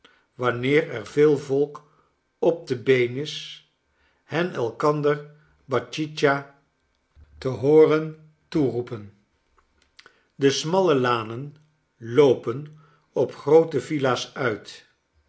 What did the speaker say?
wanneer er veel volk op de been is hen elkander batchietcha tehoorentoeroepen de smalle lanen loopen op groote villa's uit